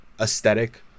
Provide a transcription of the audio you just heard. aesthetic